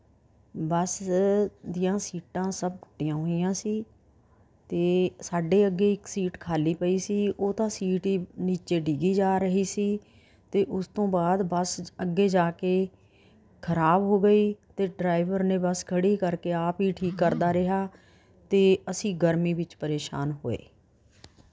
ਬੱਸ ਦੀਆਂ ਸੀਟਾਂ ਸਭ ਟੁੱਟੀਆਂ ਹੋਈਆਂ ਸੀ ਅਤੇ ਸਾਡੇ ਅੱਗੇ ਇੱਕ ਸੀਟ ਖਾਲੀ ਪਈ ਸੀ ਉਹ ਤਾਂ ਸੀਟ ਹੀ ਨਿੱਚੇ ਡਿੱਗੀ ਜਾ ਰਹੀ ਸੀ ਅਤੇ ਉਸ ਤੋਂ ਬਾਅਦ ਬੱਸ ਅੱਗੇ ਜਾ ਕੇ ਖਰਾਬ ਹੋ ਗਈ ਅਤੇ ਡਰਾਈਵਰ ਨੇ ਬੱਸ ਖੜ੍ਹੀ ਕਰਕੇ ਆਪ ਹੀ ਠੀਕ ਕਰਦਾ ਰਿਹਾ ਅਤੇ ਅਸੀਂ ਗਰਮੀ ਵਿੱਚ ਪਰੇਸ਼ਾਨ ਹੋਏ